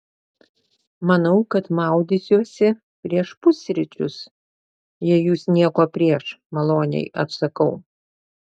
manau kad maudysiuosi prieš pusryčius jei jūs nieko prieš maloniai atsakau